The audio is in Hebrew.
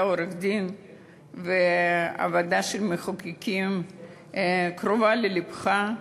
אתה עורך-דין, והעבודה של המחוקקים קרובה ללבך.